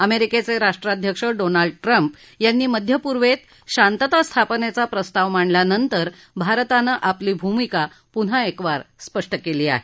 अमेरिकेचे राष्ट्रध्यक्ष Donald Trump यांनी मध्य पूर्वेत शांतता स्थापनेचा प्रस्ताव मांडल्यानंतर भारताने आपली भूमिका पुन्हा एकवार स्पष्ट केली आहे